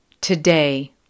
Today